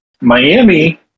Miami